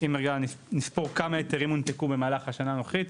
אם רגע נספור כמה היתרים הונפקו במהלך הנה הנוכחית,